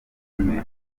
umugome